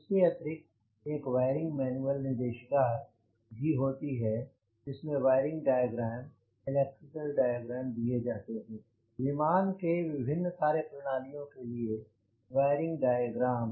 इसके अतिरिक्त एक वायरिंग मैन्युअल निर्देशिका भी होती है जिसमे वायरिंग डायग्राम इलेक्ट्रिकल डायग्राम दिए होते हैं विमान की विभिन्न कार्य प्रणालियों के लिए वायरिंग डायग्राम